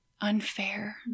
unfair